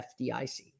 FDIC